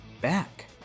back